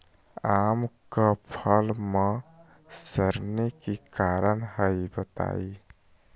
आम क फल म सरने कि कारण हई बताई?